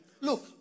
Look